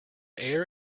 air